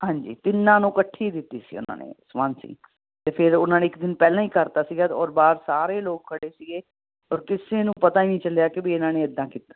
ਹਾਂਜੀ ਤਿੰਨਾਂ ਨੂੰ ਇਕੱਠੇ ਹੀ ਦਿੱਤੀ ਸੀ ਉਹਨਾਂ ਨੇ ਫਾਂਸੀ ਅਤੇ ਫਿਰ ਉਹਨਾਂ ਨੇ ਇੱਕ ਦਿਨ ਪਹਿਲਾਂ ਹੀ ਕਰ 'ਤਾ ਸੀਗਾ ਔਰ ਬਾਹਰ ਸਾਰੇ ਲੋਕ ਖੜ੍ਹੇ ਸੀਗੇ ਔਰ ਕਿਸੇ ਨੂੰ ਪਤਾ ਹੀ ਨਹੀਂ ਚੱਲਿਆ ਕਿ ਵੀ ਇਹਨਾਂ ਨੇ ਇੱਦਾਂ ਕੀਤਾ